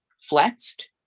flexed